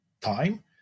time